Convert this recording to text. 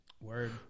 Word